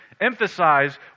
emphasize